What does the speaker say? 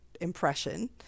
impression